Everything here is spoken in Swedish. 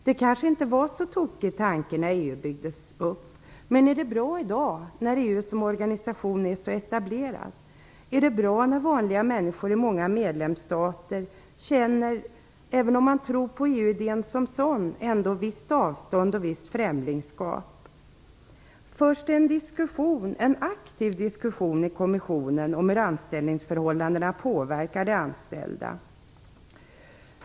Det kanske inte var en så tokig tanke när EU byggdes upp. Men är det bra i dag när EU som organisation är så etablerad? Är det bra när vanliga människor i medlemsstater, även om de tror på EU-idén som sådan, ändå känner visst avstånd och viss främlingskap? Förs det en aktiv diskussion i kommissionen om hur anställningsförhållandena påverkar de anställda?